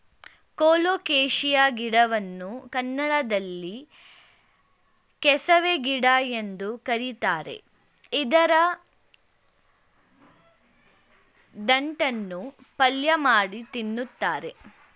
colocasia ಗಿಡವನ್ನು ಕನ್ನಡದಲ್ಲಿ ಕೆಸವೆ ಗಿಡ ಎಂದು ಕರಿತಾರೆ ಇದರ ದಂಟನ್ನು ಪಲ್ಯಮಾಡಿ ತಿನ್ನುತ್ತಾರೆ